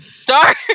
Start